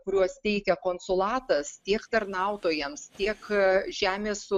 kuriuos teikia konsulatas tiek tarnautojams tiek žemės